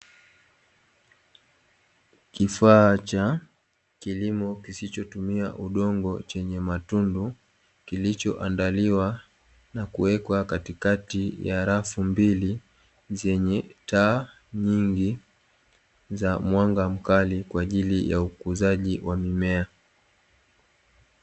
Kifaa cha kilimo kisichotumia udongo chenye matundu kilichoandaliwa na kuwekwa katikati ya rafu mbili, zenye taa nyingi za mwanga mkali kwa ajili ya ukuzaji wa mimea.